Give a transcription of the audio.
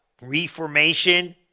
Reformation